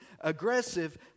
aggressive